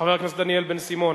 חבר הכנסת דניאל בן-סימון,